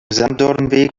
sanddornweg